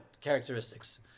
characteristics